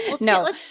No